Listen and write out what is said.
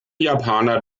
japaner